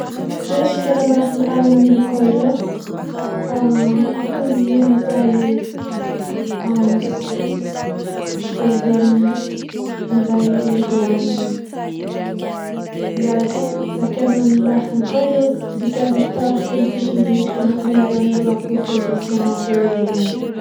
פיש קענען מאכן אלע מינע קולות אפאהר מינע מיט זייער פעדערן מיט זייער זיי זיי קענען מאכן קולות צו קענען דורכקומען צווישן זיך און נאכדעם זענען דא אפאהר פיש וואס קענען אפילו זינגען.